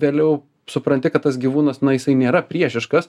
vėliau supranti kad tas gyvūnas na jisai nėra priešiškas